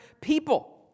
people